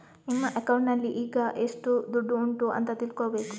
ನಿಮ್ಮ ಅಕೌಂಟಿನಲ್ಲಿ ಈಗ ಎಷ್ಟು ದುಡ್ಡು ಉಂಟು ಅಂತ ತಿಳ್ಕೊಳ್ಬೇಕು